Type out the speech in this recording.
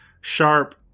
sharp